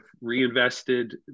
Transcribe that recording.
reinvested